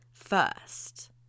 first